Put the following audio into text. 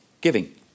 giving